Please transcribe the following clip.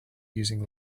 using